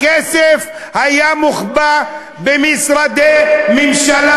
שלא תהיה לך טעות, הכסף היה מוחבא במשרדי ממשלה